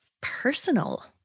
personal